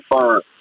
firm